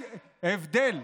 הבדל.